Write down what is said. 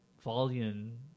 Volume